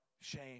shame